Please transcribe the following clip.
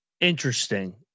Interesting